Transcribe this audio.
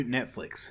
Netflix